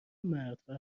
مردها